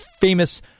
famous